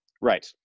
Right